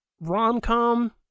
rom-com